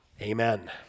amen